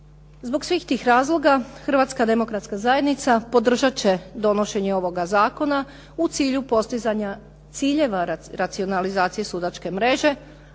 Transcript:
Zbog svih tih razloga, Hrvatska demokratska zajednica podržati će donošenje ovoga zakona u cilju postizanja ciljeva racionalizacije sudačke mreže,